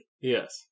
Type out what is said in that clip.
Yes